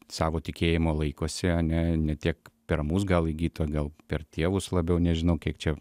savo tikėjimo laikosi ane ne tiek per mus gal įgyto gal per tėvus labiau nežinau kiek čia